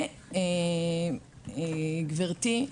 גבירתי,